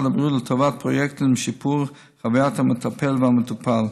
הבריאות לטובת פרויקטים לשיפור חווית המטפל והמטופל,